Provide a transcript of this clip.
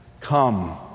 Come